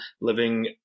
living